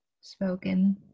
spoken